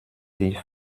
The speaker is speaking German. sie